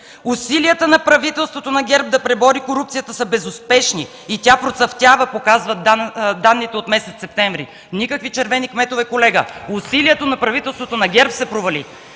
Усилията на правителството на ГЕРБ да пребори корупцията са безуспешни и тя процъфтява – показват данните от месец септември. (Реплика от ГЕРБ.) Никакви червени кметове, колега. Усилието на правителството на ГЕРБ се провали.